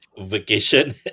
vacation